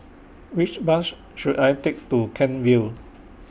Which Bus should I Take to Kent Vale